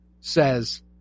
says